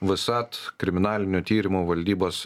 vsat kriminalinių tyrimų valdybos